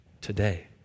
today